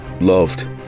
loved